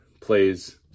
plays